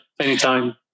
Anytime